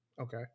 Okay